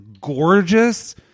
gorgeous